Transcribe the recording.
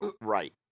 right